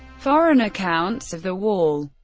foreign accounts of the wall